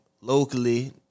locally